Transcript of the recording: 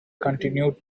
continued